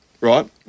Right